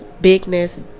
bigness